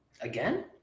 again